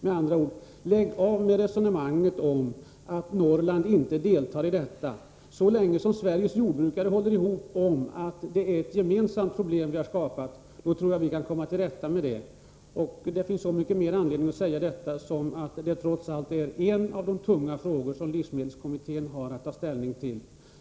Med andra ord: Lägg av med resonemanget om att Norrland inte deltar härvidlag! Så länge Sveriges jordbrukare håller ihop om att det är ett gemensamt problem vi har skapat tror jag vi kan komma till rätta med saken. Det finns så mycket mer anledning att säga detta som överproduktionen är en av de tunga frågor som livsmedelskommittén har att ta ställning till.